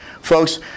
folks